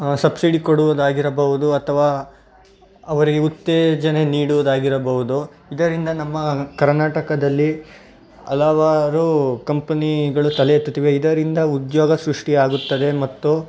subsidy ಕೊಡುವುದಾಗಿರಬಹುದು ಅಥವಾ ಅವರಿಗೆ ಉತ್ತೇಜನ ನೀಡುವುದಾಗಿರಬಹುದು ಇದರಿಂದ ನಮ್ಮ ಕರ್ನಾಟಕದಲ್ಲಿ ಹಲವಾರು ಕಂಪ್ನೀಗಳು ತಲೆ ಎತ್ತುತ್ತಿವೆ ಇದರಿಂದ ಉದ್ಯೋಗ ಸೃಷ್ಟಿಯಾಗುತ್ತದೆ ಮತ್ತು